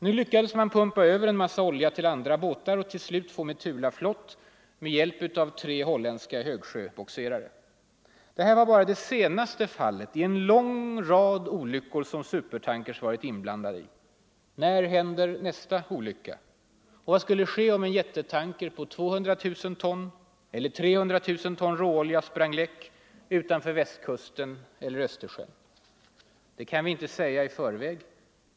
Nu lyckades man pumpa över en massa olja till andra båtar och till slut få Metula flott med hjälp av tre holländska högsjöbogserare. Det här var bara det senaste fallet i en lång rad olyckor som supertankers varit inblandade i. När händer nästa olycka? Och vad skulle ske om en jättetanker med 200 000 eller 300 000 ton råolja sprang läck utanför Västkusten eller i Östersjön? Det kan vi inte säga i förväg.